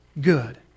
good